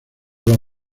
los